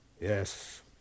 Yes